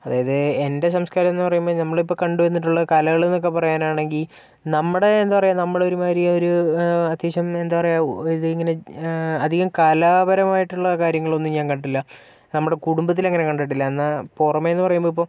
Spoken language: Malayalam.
അതായത് എൻ്റെ സംസ്കാരം എന്ന് പറയുമ്പോൾ നമ്മൾ ഇപ്പൊൾ കണ്ടുവന്നിട്ടുള്ള കലകള് എന്നൊക്കെ പറയാനാണെങ്കിൽ നമ്മുടെ എന്താ പറയുക നമ്മള് ഒരുമാതിരി ഒരു അത്യാവശ്യം എന്താ പറയുക ഇങ്ങനെ അധികം കലാപരമായിട്ടുള്ള കാര്യങ്ങൾ ഒന്നും ഞാൻ കണ്ടിട്ടില്ല നമ്മുടെ കുടുംബത്തിൽ അങ്ങനെ കണ്ടിട്ടില്ല എന്നാ പുറമേന്ന് പറയുമ്പോൾ ഇപ്പൊൾ